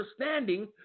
understanding